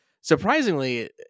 Surprisingly